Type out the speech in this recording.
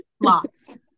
Lots